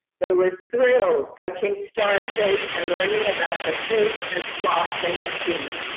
they were thrilled touching star fish and learning about the fish and slogs they had seen.